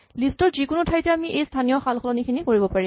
list ৰ যিকোনো ঠাইতে আমি এই স্হানীয় সালসলনি খিনি কৰিব পাৰিম